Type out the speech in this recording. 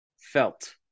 felt